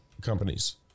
companies